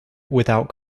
without